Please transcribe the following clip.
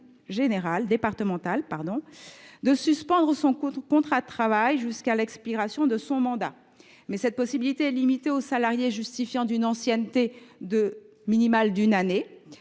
régional ou départemental, de suspendre son contrat de travail jusqu’à l’expiration de son mandat. Mais cette possibilité est limitée aux salariés justifiant une ancienneté minimale d’un an.